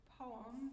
poem